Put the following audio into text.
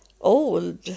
old